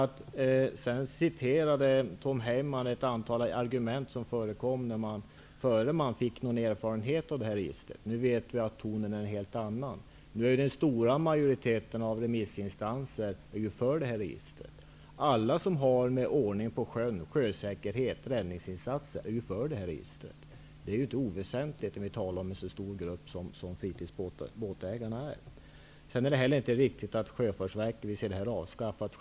Tom Heyman återgav ett antal argument som förekom innan man hade någon erfarenhet av det här registret. Nu vet vi att tonen är en helt annan. En stor majoritet bland remissinstanserna är ju nu för fritidsbåtsregistret. Alla som har med ordningen på sjön att göra -- det gäller då sjösäkerhet och räddningsinsatser -- är för ett bibehållande av registret. Det är inte oväsentligt, med tanke på att det rör sig om en så stor grupp som fritidsbåtsägarna utgör. Sedan är det inte riktigt att Sjöfartsverket vill se fritidsbåtsregistret avskaffat.